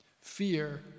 Fear